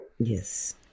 Yes